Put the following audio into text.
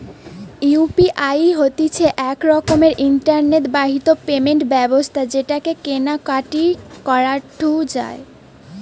UPI হতিছে এক রকমের ইন্টারনেট বাহিত পেমেন্ট ব্যবস্থা যেটাকে কেনা কাটি করাঢু যায়